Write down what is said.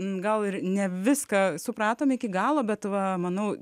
gal ir ne viską supratom iki galo bet va manau